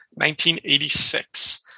1986